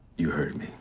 you heard